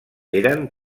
eren